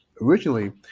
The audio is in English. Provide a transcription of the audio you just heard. originally